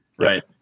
right